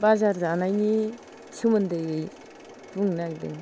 बाजार जानायनि सोमोन्दै बुंनो नागिरदों